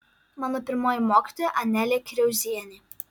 mano pirmoji mokytoja anelė kriauzienė